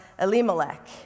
Elimelech